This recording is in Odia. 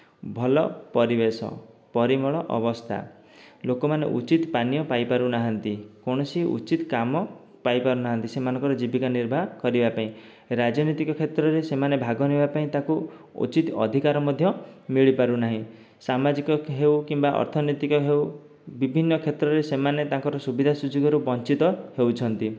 ଭଲ ପରିବେଶ ପରିମଳ ଅବସ୍ଥା ଲୋକମାନେ ଉଚିତ ପାନୀୟ ପାଇପାରୁନାହାନ୍ତି କୌଣସି ଉଚିତ କାମ ପାଇପାରୁନାହାନ୍ତି ସେମାନଙ୍କର ଜୀବିକା ନିର୍ବାହ କରିବା ପାଇଁ ରାଜନୈତିକ କ୍ଷେତ୍ରରେ ସେମାନେ ଭାଗ ନେବା ପାଇଁ ତାଙ୍କୁ ଉଚିତ ଅଧିକାର ମଧ୍ୟ ମିଳିପାରୁନାହିଁ ସାମାଜିକ ହେଉ କିମ୍ବା ଅର୍ଥନୈତିକ ହେଉ ବିଭିନ୍ନ କ୍ଷେତ୍ରରେ ସେମାନେ ତାଙ୍କର ସୁବିଧା ସୁଯୋଗରୁ ବଞ୍ଚିତ ହେଉଛନ୍ତି